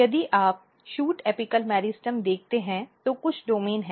यदि आप shoot apical meristem देखते हैं तो कुछ डोमेन हैं